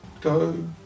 Go